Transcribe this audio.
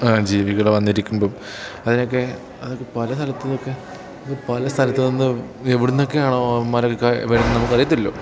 ജീവികൾ വന്നിരിക്കുമ്പം അതിനൊക്കെ അതൊക്കെ പല സ്ഥലത്തു നിന്നൊക്കെ പല സ്ഥലത്തു നിന്ന് എവിടെ നിന്നൊക്കെയാണോ ഇവന്മാരൊക്കെ വരുന്നതെന്ന് നമുക്ക് അറിയത്തില്ലല്ലോ